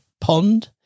pond